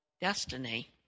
destiny